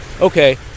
okay